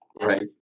right